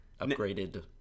Upgraded